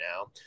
now